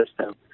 system